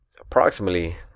approximately